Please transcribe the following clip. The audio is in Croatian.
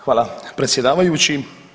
Hvala predsjedavajući.